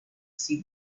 see